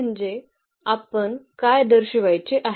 म्हणजे आपण काय दर्शवायचे आहे